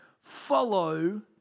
follow